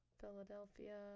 Philadelphia